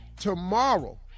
tomorrow